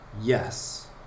yes